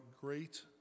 great